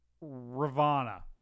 Ravana